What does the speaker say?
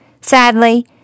Sadly